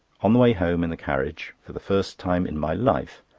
on the way home in the carriage, for the first time in my life,